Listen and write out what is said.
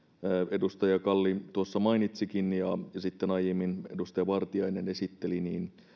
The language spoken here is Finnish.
edustaja kalli tuossa mainitsikin ja jonka esityksen aiemmin edustaja vartiainen esitteli he